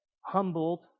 humbled